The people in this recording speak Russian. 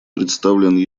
представлен